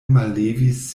mallevis